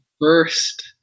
first